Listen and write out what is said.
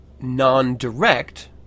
non-direct